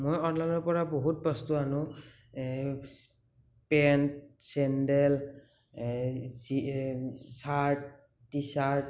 মই অনলাইনৰ পৰা বহুত বস্তু আনোঁ pant sandal shirt T shirt